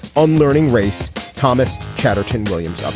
unlearning race thomas chatterton williams um